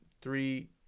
three